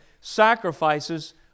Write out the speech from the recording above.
sacrifices